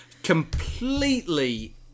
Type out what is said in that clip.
completely